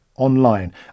online